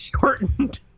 shortened